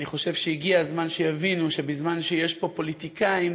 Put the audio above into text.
אני חושב שהגיע הזמן שיבינו שבזמן שיש פה פוליטיקאים,